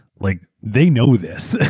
like they know this.